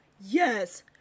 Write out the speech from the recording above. yes